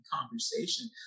conversation